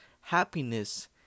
Happiness